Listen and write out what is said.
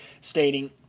stating